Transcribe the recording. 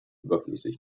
überflüssig